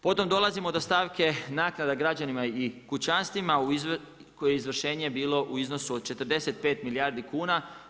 Potom dolazimo do stavke naknada građanima i kućanstvima koje je izvršenje bilo u iznosu od 45 milijardi kuna.